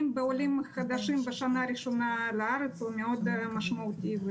לעולים חדשים בשנה הראשונה בארץ הוא מאוד משמעותי,